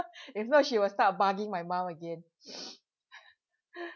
if not she will start bugging my mum again